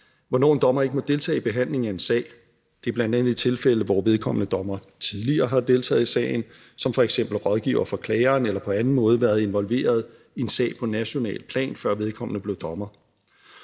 hvornår en dommer ikke må deltage i behandlingen af en sag. Det er bl.a. i tilfælde, hvor vedkommende dommer tidligere har deltaget i sagen som f.eks. rådgiver for klageren eller på anden måde været involveret i en sag på nationalt plan, før vedkommende blev dommer.